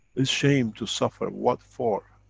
it's shame to suffer. what for?